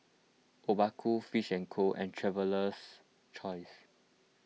Obaku Fish and Co and Traveler's Choice